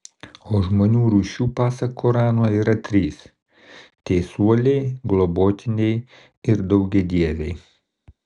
o žmonių rūšių pasak korano yra trys teisuoliai globotiniai ir daugiadieviai